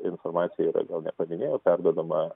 informacija yra gal nepaminėjau perduodama